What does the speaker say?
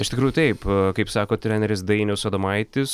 iš tikrųjų taip kaip sako treneris dainius adomaitis